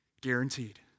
Guaranteed